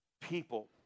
People